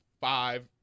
five